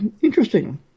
interesting